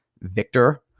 victor